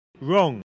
wrong